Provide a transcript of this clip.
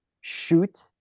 shoot